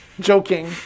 joking